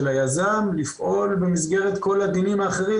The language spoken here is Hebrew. היזם לפעול במסגרת כל הדינים האחרים.